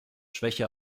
schwäche